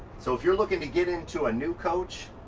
so if you're looking to get into a new coach.